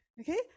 okay